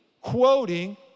quoting